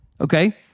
Okay